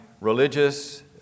religious